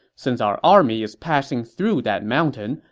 since our army is passing through that mountain,